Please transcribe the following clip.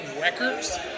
records